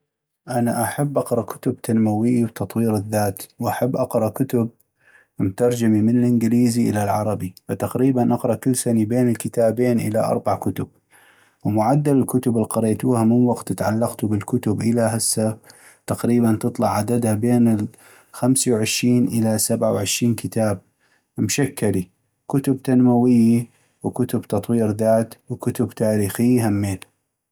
انا احب اقرأ كتب تنموية وتطوير الذات ، واحب اقرأ كتب مترجمي من الانكليزي إلى العربي ، ف تقريبا اقرأ كل سني بين الكتابين إلى أربع كتب ، ومعدل الكتب القريتوها من وقت اتعلقتو بالكتب إلى هسه ، تقريبا تطلع عدده بين الخمسي وعشين إلى سبعة وعشين كتاب ،مشكلي كتب تنموية وكتب تطوير ذات وكتب تاريخي همين.